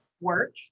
work